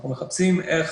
אנחנו מחפשים איך